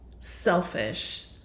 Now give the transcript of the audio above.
selfish